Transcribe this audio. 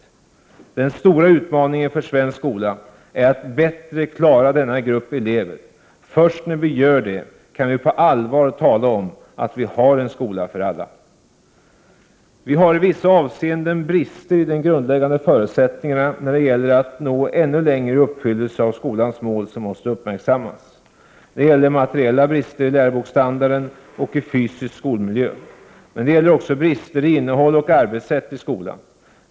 Den stora utmaningen för svensk skola är att bättre klara denna grupp elever. Först när vi gör det kan vi på allvar tala om att vi har en skola för alla. Vi har i vissa avseenden brister i de grundläggande förutsättningarna när det gäller att nå ännu längre i uppfyllelse av skolans mål som måste uppmärksammas. Det gäller materiella brister, läroboksstandarden, och den fysiska skolmiljön. Men det gäller också brister i innehåll och arbetssätt i skolan.